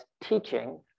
teaching